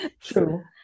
True